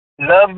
Love